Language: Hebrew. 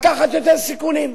לקחת יותר סיכונים,